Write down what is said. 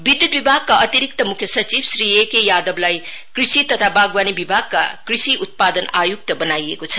विद्यत विभागका अतिरिक्त मुख्य सचिव श्री एके यादवलाई कृषि तथा बागवाणी विभागका कृषि उत्पादन आयुक्त बनाइएको छ